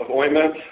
ointment